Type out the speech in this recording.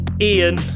Ian